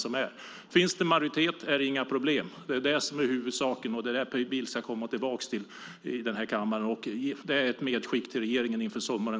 Finns det majoritet är det inga problem. Det är det som är huvudsaken. Det är det som Per Bill ska komma tillbaka till i denna kammare. Det är ett medskick till regeringen inför sommaren.